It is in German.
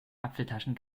apfeltaschen